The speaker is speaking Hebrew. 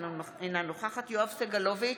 אינה נוכחת יואב סגלוביץ'